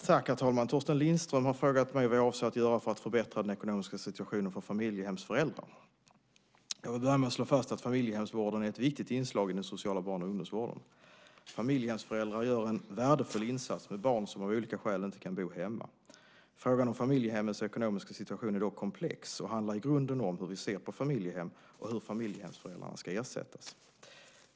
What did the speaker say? Herr talman! Torsten Lindström har frågat mig vad jag avser att göra för att förbättra den ekonomiska situationen för familjehemsföräldrar. Jag vill börja med att slå fast att familjehemsvården är ett viktigt inslag i den sociala barn och ungdomsvården. Familjehemsföräldrar gör en värdefull insats med barn som av olika skäl inte kan bo hemma. Frågan om familjehemmens ekonomiska situation är dock komplex och handlar i grunden om hur vi ser på familjehem och hur familjehemsföräldrarna ska ersättas.